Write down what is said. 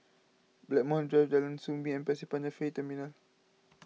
Blackmore Drive Jalan Soo Bee and Pasir Panjang Ferry Terminal